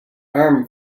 arm